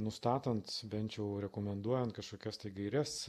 nustatant bent jau rekomenduojant kažkokias gaires